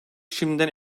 şimdiden